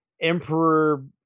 emperor